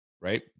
Right